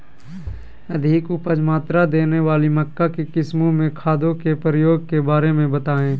अधिक उपज मात्रा देने वाली मक्का की किस्मों में खादों के प्रयोग के बारे में बताएं?